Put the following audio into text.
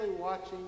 watching